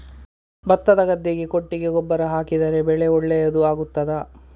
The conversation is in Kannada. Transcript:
ಭತ್ತದ ಗದ್ದೆಗೆ ಕೊಟ್ಟಿಗೆ ಗೊಬ್ಬರ ಹಾಕಿದರೆ ಬೆಳೆ ಒಳ್ಳೆಯದು ಆಗುತ್ತದಾ?